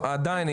לא, אבל עדיין.